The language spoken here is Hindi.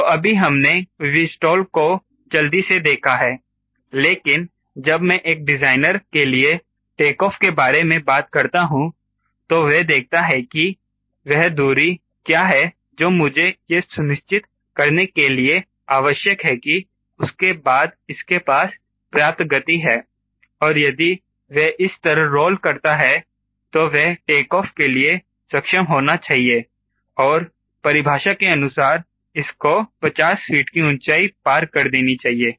तो अभी हमने 𝑉stall को जल्दी से देखा है लेकिन जब मैं एक डिजाइनर के लिए टेक ऑफ के बारे में बात करता हूं तो वह देखता है कि वह दूरी क्या है जो मुझे यह सुनिश्चित करने के लिए आवश्यक है कि उसके बाद इसके पास पर्याप्त गति है और यदि वह इस तरह रोल करता है तो वह टेक ऑफ के लिए सक्षम होना चाहिए और परिभाषा के अनुसार इसको 50 फीट की ऊंचाई पार कर देनी चाहिए